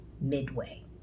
Midway